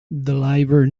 deliver